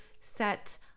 set